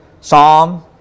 Psalm